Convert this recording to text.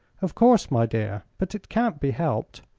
of course, my dear. but it can't be helped.